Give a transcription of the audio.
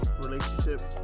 relationships